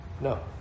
No